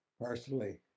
personally